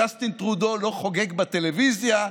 ג'סטין טרודו לא חוגג בטלוויזיה.